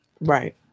Right